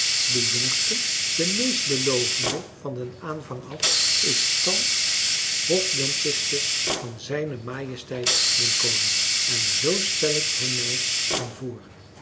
de jongste de meestbelovende van den aanvang af is thans hofdentiste van z m den koning en zoo stel ik hem mij dan voor